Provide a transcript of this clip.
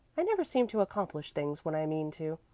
i never seem to accomplish things when i mean to.